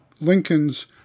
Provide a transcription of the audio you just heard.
Lincoln's